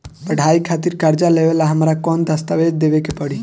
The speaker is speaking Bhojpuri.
पढ़ाई खातिर कर्जा लेवेला हमरा कौन दस्तावेज़ देवे के पड़ी?